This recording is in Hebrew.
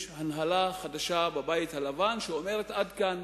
יש הנהלה חדשה בבית הלבן שאומרת: עד כאן,